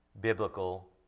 biblical